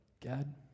God